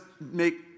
make